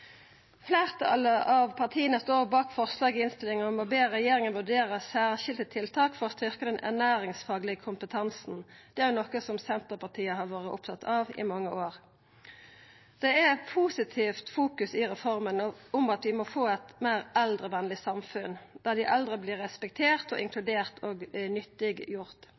Fleirtalet av partia står bak forslaget i innstillinga om å be regjeringa vurdera særskilte tiltak for å styrkja den ernæringsfaglege kompetansen. Dette er jo noko Senterpartiet har vore opptatt av i mange år. Det er eit positivt fokus i reforma om at vi må få eit meir eldrevenleg samfunn, der dei eldre vert respekterte og inkluderte og